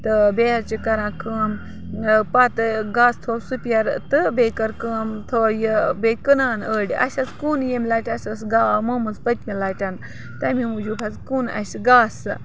تہٕ بیٚیہِ حظ چھِ کَران کٲم پَتہٕ گاسہٕ تھوٚو سُپیر تہٕ بیٚیہِ کٔر کٲم تھٲو یہِ بیٚیہِ کٕنان أڑۍ اَسہِ حظ کُن ییٚمہِ لَٹہِ اَسہِ ٲس گاو مٔمٕژ پٔتمہِ لَٹٮ۪ن تَمہِ موٗجوٗب حظ کُن اَسہِ گاسہٕ